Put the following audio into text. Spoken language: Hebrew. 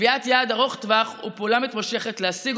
קביעת יעד ארוך טווח ופעולה מתמשכת להשיג